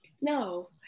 No